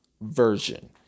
version